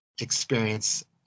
experience